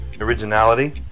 originality